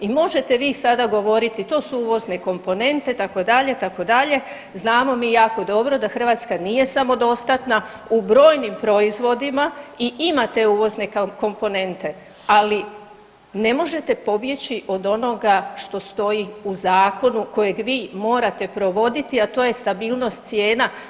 I možete vi sada govoriti to su uvozne komponente itd., itd., znamo mi jako dobro da Hrvatska nije samodostatna u brojnim proizvodima i imate uvozne komponente, ali ne možete pobjeći od onoga što stoji u zakonu kojeg vi morate provoditi, a to je stabilnost cijena.